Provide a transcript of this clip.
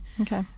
Okay